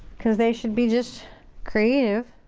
cause they should be just creative.